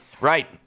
Right